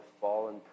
fallen